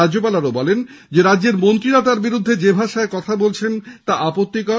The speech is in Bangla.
রাজ্যপাল বলেন রাজ্যের মন্ত্রীরা তার বিরুদ্ধে যে ভাষায় কথা বলছেন তা আপত্তিকর